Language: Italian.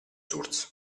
source